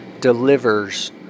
delivers